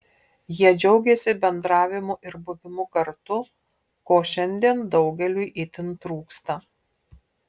jie džiaugėsi bendravimu ir buvimu kartu ko šiandien daugeliui itin trūksta